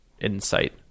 insight